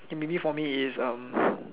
k maybe for me is uh